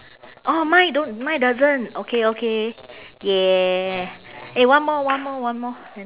oh mine don't mine doesn't okay okay !yay! eh one more one more one more